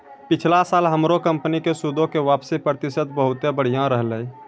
पिछला साल हमरो कंपनी के सूदो के वापसी प्रतिशत बहुते बढ़िया रहलै